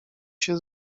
się